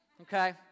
okay